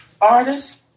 artist